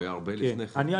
הוא היה הרבה לפני כן.